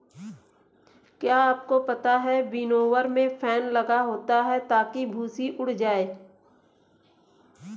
क्या आपको पता है विनोवर में फैन लगा होता है ताकि भूंसी उड़ जाए?